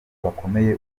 bakomeye